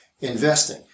investing